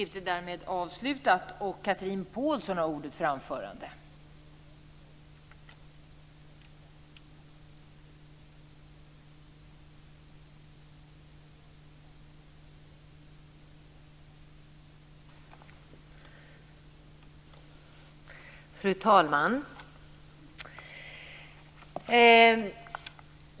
Fru talman!